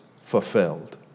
fulfilled